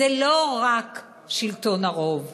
זה לא רק שלטון הרוב,